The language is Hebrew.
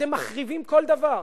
אתם מחריבים כל דבר,